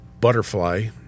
Butterfly